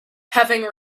having